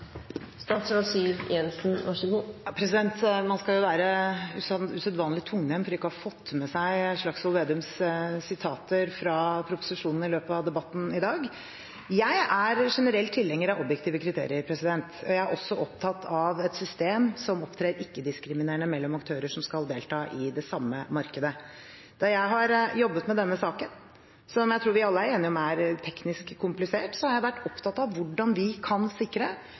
statsråd Siv Jensen sikker på at det som er i unionens interesse, alltid er i Norges interesse? Man skal være usedvanlig tungnem for ikke å ha fått med seg Slagsvold Vedums sitater fra proposisjonen i løpet av debatten i dag. Jeg er generelt tilhenger av objektive kriterier. Jeg er også opptatt av et system som opptrer ikke-diskriminerende mellom aktører som skal delta i det samme markedet. Når jeg har jobbet med denne saken, som jeg tror vi alle er enige om at er teknisk komplisert, har jeg vært opptatt av hvordan vi kan sikre